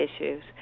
issues